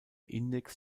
index